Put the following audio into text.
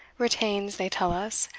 retains, they tell us,